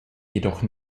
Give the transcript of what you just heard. jedoch